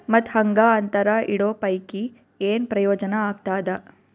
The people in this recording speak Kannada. ಮತ್ತ್ ಹಾಂಗಾ ಅಂತರ ಇಡೋ ಪೈಕಿ, ಏನ್ ಪ್ರಯೋಜನ ಆಗ್ತಾದ?